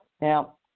Now